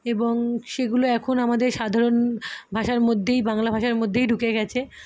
এবং সেগুলো এখন আমাদের সাধারণ ভাষার মধ্যেই বাংলা ভাষার মধ্যেই ঢুকে গেছে